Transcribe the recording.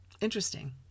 Interesting